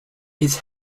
his